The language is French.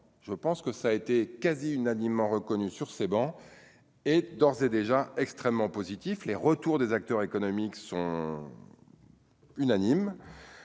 je pense que ça a été quasi unanimement reconnu sur ces bancs, et d'ores et déjà extrêmement positif, les retours des acteurs économiques sont. Unanime